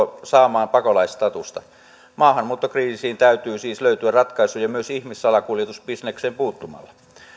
saamaan pakolaisstatusta maahanmuuttokriisiin täytyy siis löytyä ratkaisuja myös ihmissalakuljetusbisnekseen puuttumalla